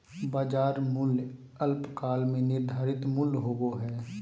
बाजार मूल्य अल्पकाल में निर्धारित मूल्य होबो हइ